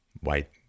white